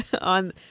on